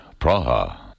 Praha